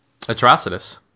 atrocitus